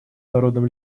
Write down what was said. народом